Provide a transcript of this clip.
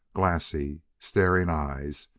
glassy, staring eyes,